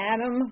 Adam